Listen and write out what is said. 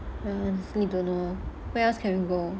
mm true though where else can we go